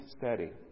steady